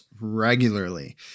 regularly